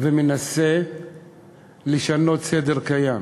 ומנסה לשנות סדר קיים.